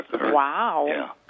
Wow